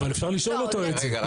אבל אפשר לשאול אותו את זה.